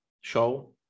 show